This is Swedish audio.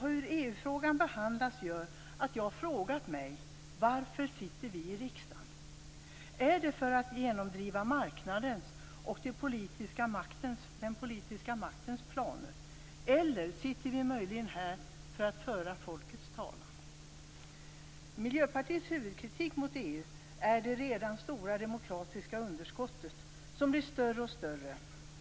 Hur EU-frågan behandlats har gjort att jag frågat mig: Varför sitter vi i riksdagen? Är det för att genomdriva marknadens och den politiska maktens planer? Eller sitter vi möjligen här för att föra folkets talan? Miljöpartiets huvudkritik mot EU gäller det redan stora demokratiska underskottet som blir större och större.